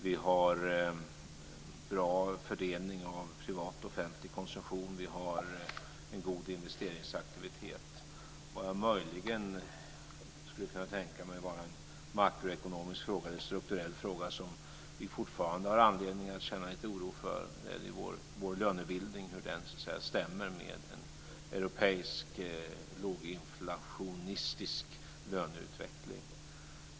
Vi har en bra fördelning av privat och offentlig konsumtion. Vi har en god investeringsaktivitet. Vad jag möjligen skulle kunna tänka mig vara en makroekonomisk eller strukturell fråga som vi fortfarande har anledning att känna lite oro för är hur vår lönebildning stämmer med en europeisk låginflationistisk löneutveckling.